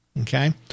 Okay